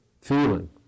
feeling